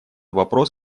вопрос